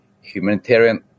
humanitarian